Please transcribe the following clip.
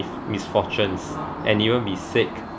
misfortunes and even be sick